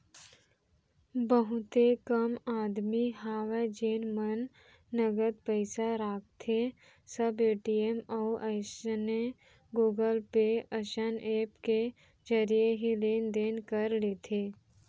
बहुते कम आदमी हवय जेन मन नगद पइसा राखथें सब ए.टी.एम अउ अइसने गुगल पे असन ऐप के जरिए ही लेन देन कर लेथे